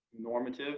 normative